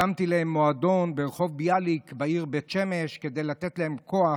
הקמתי להם מועדון ברחוב ביאליק בעיר בית שמש כדי לתת להם כוח